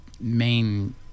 main